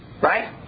Right